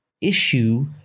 issue